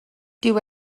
dyw